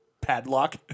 padlock